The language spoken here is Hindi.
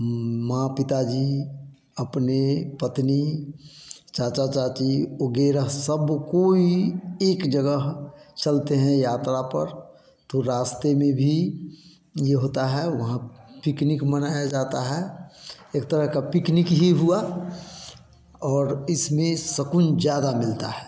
माँ पिताजी अपने पत्नी चाचा चाची वगेरह सब कोई एक जगह चलते हैं यात्रा पर तो रास्ते में भी यह होता है वहाँ पिकनिक मनाया जाता है एक तरह का पिकनिक ही हुआ और इसमें सुकून ज़्यादा मिलता है